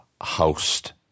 host